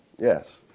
Yes